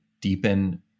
deepen